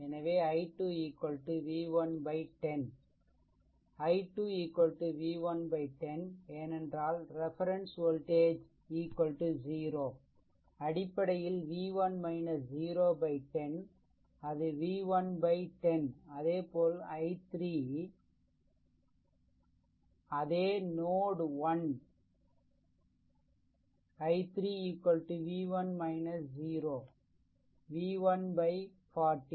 எனவே i2 v1 10 i2 v1 10 ஏனென்றால் reference voltage 0 அடிப்படையில் v1 - 0 10 அது v1 10 அதேபோல் i3 i3 அதே நோட் 1 i3 v1 0 v1 40